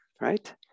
right